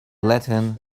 latin